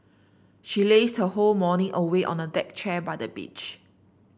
she lazed her whole morning away on a deck chair by the beach